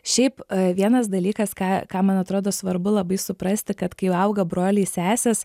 šiaip vienas dalykas ką ką man atrodo svarbu labai suprasti kad kai auga broliai sesės